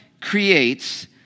creates